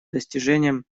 достижением